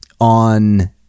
on